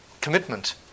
commitment